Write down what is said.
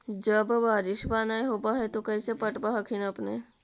जब बारिसबा नय होब है तो कैसे पटब हखिन अपने?